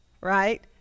right